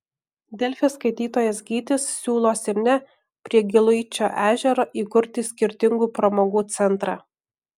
delfi skaitytojas gytis siūlo simne prie giluičio ežero įkurti skirtingų pramogų centrą